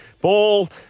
Ball